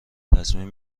تضمین